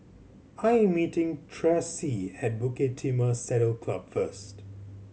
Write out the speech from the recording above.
I am meeting Traci at Bukit Timah Saddle Club first